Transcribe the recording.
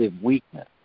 weakness